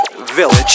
village